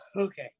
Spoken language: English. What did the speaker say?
Okay